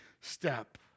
step